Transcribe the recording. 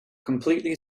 completely